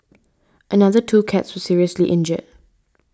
another two cats seriously injured